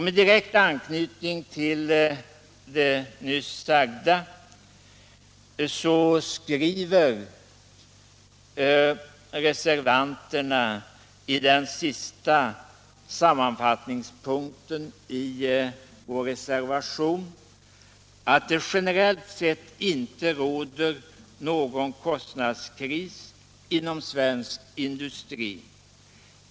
Med direkt anknytning till det nyss sagda skriver reservanterna i den sista sammanfattningspunkten i vår reservation, att det generellt sett inte råder någon kostnadskris inom svensk industri.